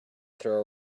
throw